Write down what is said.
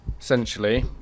essentially